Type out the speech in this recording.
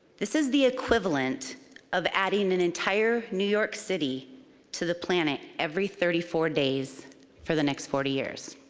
this is the equivalent of adding an entire new york city to the planet every thirty four days for the next forty years.